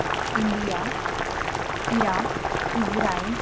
India Iraq Israel